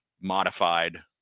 modified